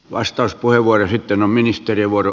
vastauspuheenvuoro sitten ministerivuoro